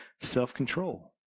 self-control